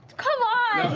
come on!